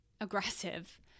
aggressive